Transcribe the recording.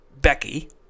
Becky